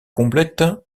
complète